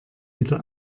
wieder